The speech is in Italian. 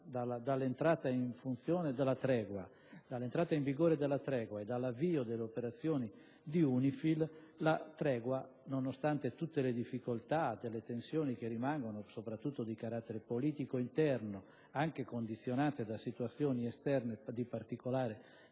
di entrata in vigore della tregua e dall'avvio dell'operazione UNIFIL, la tregua tiene, nonostante tutte le difficoltà e le tensioni che rimangono, soprattutto di carattere politico interno condizionato anche da situazioni esterne di particolare gravità.